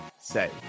say